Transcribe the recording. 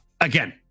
again